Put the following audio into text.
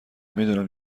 میدونم